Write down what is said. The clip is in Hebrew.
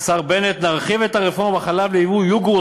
השר בנט: נרחיב את הרפורמה בחלב לייבוא יוגורט,